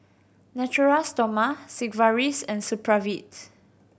Natura Stoma Sigvaris and Supravit